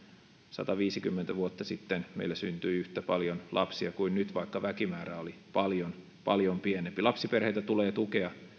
sataviisikymmentä vuotta sitten meillä syntyi yhtä paljon lapsia kuin nyt vaikka väkimäärä oli paljon paljon pienempi lapsiperheitä tulee tukea